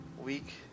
week